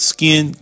Skin